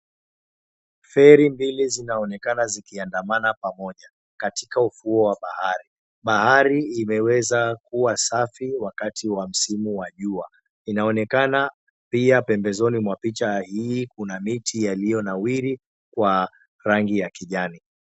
Feri mbili zinaonekana zikiandamana pamoja katika ufuo wa bahari. Bahari imeweza kuwa safi wakati wa msimu wa jua. Inaonekana pia pembezoni mwa picha hii kuna miti yaliyonawiri kwa rangi ya kijani.